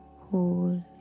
hold